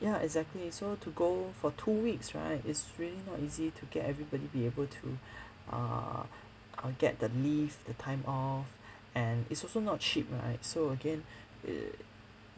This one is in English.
ya exactly so to go for two weeks right it's really not easy to get everybody be able to err uh get the leave the time off and it's also not cheap right so again uh